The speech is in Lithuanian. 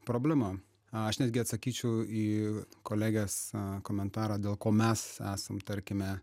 problema aš netgi atsakyčiau į kolegės na komentarą dėl ko mes esam tarkime